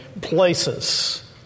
places